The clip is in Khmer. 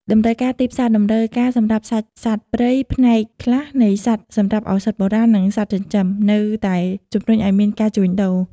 តម្រូវការទីផ្សារ តម្រូវការសម្រាប់សាច់សត្វព្រៃ ផ្នែកខ្លះនៃសត្វសម្រាប់ឱសថបុរាណ និងសត្វចិញ្ចឹម នៅតែជំរុញឱ្យមានការជួញដូរ។